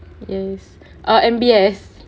yes err M_B_S